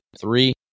three